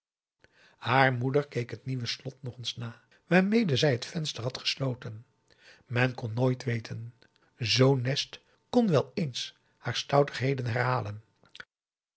haar moeder keek het nieuwe slot nog eens na waarmede zij het venster had gesloten men kon nooit weten zoo'n nest kon wel eens haar stoutigheden herhalen